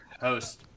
host